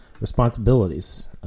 responsibilities